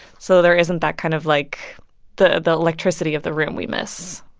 so there isn't that kind of, like the the electricity of the room we miss,